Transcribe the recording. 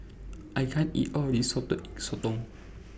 I can't eat All of This Salted Egg Sotong